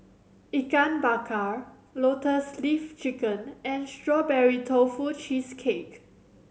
Ikan Bakar Lotus Leaf Chicken and Strawberry Tofu Cheesecake